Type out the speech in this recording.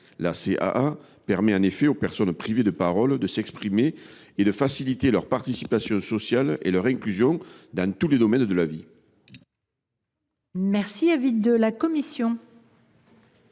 La CAA permet, en effet, aux personnes privées de la parole de s’exprimer et facilite ainsi leur participation sociale et leur inclusion dans tous les domaines de la vie.